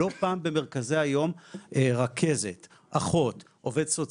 לא פעם במרכזי היום רכזת, אחות, עו"ס או